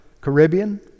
Caribbean